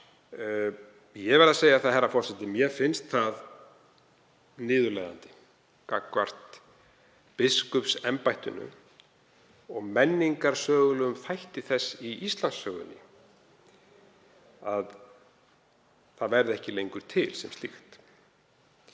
Ég verð að segja, herra forseti, að mér finnst niðurlægjandi gagnvart biskupsembættinu og menningarsögulegum þætti þess í Íslandssögunni að það verði ekki lengur til sem slíkt.